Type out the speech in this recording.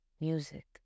Music